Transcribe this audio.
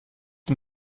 den